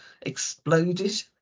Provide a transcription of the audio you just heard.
exploded